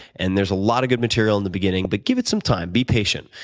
and there's a lot of good material in the beginning, but give it some time be patient.